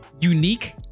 unique